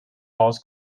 maus